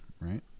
right